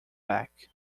back